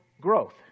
Growth